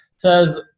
says